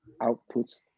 outputs